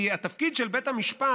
כי התפקיד של בית המשפט,